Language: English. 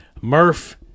Murph